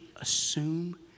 assume